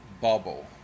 bubble